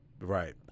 Right